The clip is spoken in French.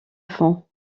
fond